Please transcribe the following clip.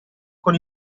con